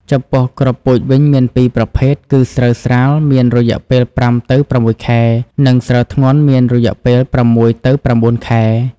ចំពោះ គ្រាប់ពូជវិញមានពីរប្រភេទ គឺស្រូវស្រាលមានរយៈពេល៥ ទៅ ៦ ខែ និងស្រូវធ្ងន់មានរយៈពេល៦ ទៅ ៩ ខែ។